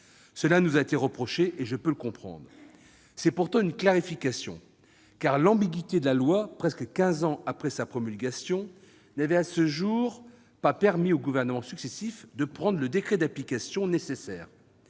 Cela nous a été reproché, et je peux le comprendre. C'est pourtant une clarification, car l'ambiguïté de la loi, presque quinze ans après sa promulgation, n'a pas permis à ce jour aux gouvernements successifs de prendre le décret d'application nécessaire.